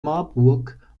marburg